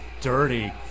Dirty